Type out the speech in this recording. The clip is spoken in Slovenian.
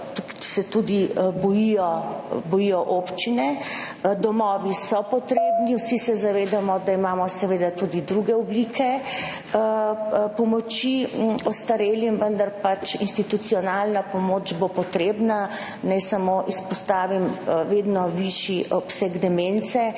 tega se bojijo tudi občine. Domovi so potrebni. Vsi se zavedamo, da imamo tudi druge oblike pomoči ostarelim, vendar bo institucionalna pomoč potrebna. Naj samo izpostavim vedno višji obseg demence